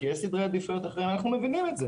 כי יש סדרי עדיפויות אחרים - אנו מבינים את זה